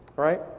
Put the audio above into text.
right